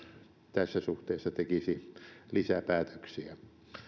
tässä suhteessa tekisi lisäpäätöksiä